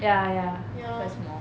ya ya west mall